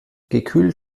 gekühlt